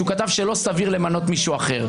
שהוא כתב שלא סביר למנות מישהו אחר.